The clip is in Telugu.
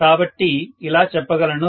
కాబట్టి ఇలా చెప్పగలను